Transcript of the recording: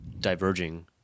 diverging